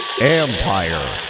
Empire